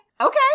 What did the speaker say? Okay